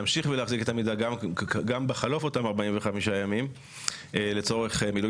להמשיך ולהחזיק את המידע גם בחלוף אותם 45 ימים לצורך מילוי